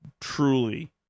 truly